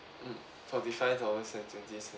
mm forty five dollars and twenty cents